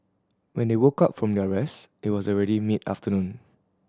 when they woke up from their rest it was already mid afternoon